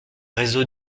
réseau